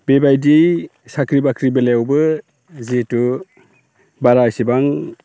बेबायदि साख्रि बाख्रि बेलायावबो जिहेथु बारा एसेबां